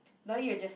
now you're just